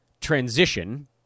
transition